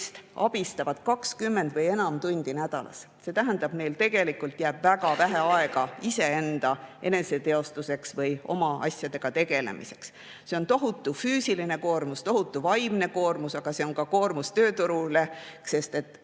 abistavad 20 või enam tundi nädalas, see tähendab, et neil jääb tegelikult väga vähe aega eneseteostuseks või oma asjadega tegelemiseks. See on tohutu füüsiline koormus ja tohutu vaimne koormus, aga see on ka koormus tööturule, sest